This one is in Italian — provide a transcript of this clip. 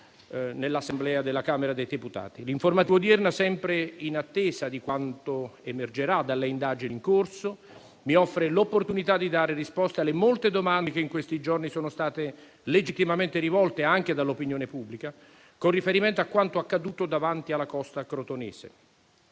nell'Assemblea della Camera dei deputati. L'informativa odierna, sempre in attesa di quanto emergerà dalle indagini in corso, mi offre l'opportunità di dare risposte alle molte domande che, in questi giorni, sono state legittimamente rivolte anche dall'opinione pubblica, con riferimento a quanto accaduto davanti alla costa crotonese.